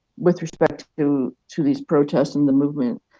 with respect to to these protests and the movement.